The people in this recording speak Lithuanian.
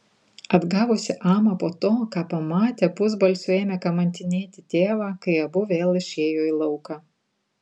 atgavusi amą po to ką pamatė pusbalsiu ėmė kamantinėti tėvą kai abu vėl išėjo į lauką